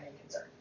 concern